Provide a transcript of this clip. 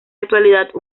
actualidad